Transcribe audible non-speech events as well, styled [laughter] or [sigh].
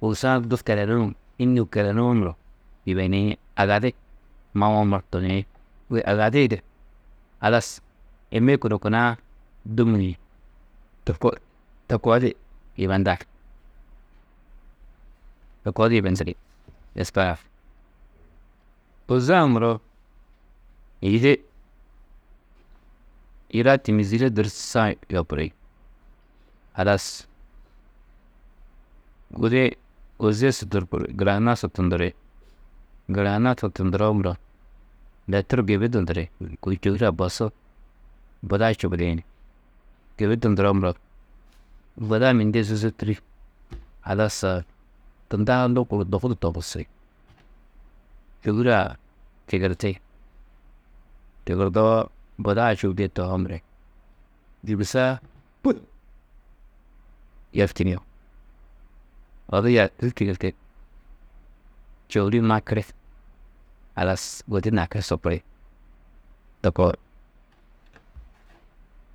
kôusa-ã du kelenuũ, hînnuũ kelenuwo muro, yibeniĩ agadi mawo muro tuniĩ, kôi agadi-ĩ du halas ême kuna kuna-ã du mûĩ, to koo, to koo di yibendar. To koo di yibendiri, lespeer-ã. Ôze-ã muro yidi, yida tîmizire durusa-ã yopuri. Halas gudi-ĩ ôze su [unintelligible] gurahuna su tunduri. Gurahuna su tunduroo muro leturu gibi dundiri, kôi čôhure-ã bosu buda čubudĩ ni gibi dunduroo muro buda mînde su zûzurtiri, halas [hesitation] tunda lukuru dogu du tobusi, čôhure-ã tigirti, tigirdoo, buda-ã čubudîe tohoo muro yûdugusu-ã pûl yerčini, odu yarkirî tigirti, čôhuri-ĩ makiri, halas gudi nakuru sopuri, to koo. [noise]